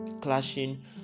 clashing